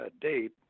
date